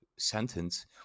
sentence